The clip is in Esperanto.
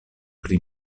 pri